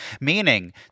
Meaning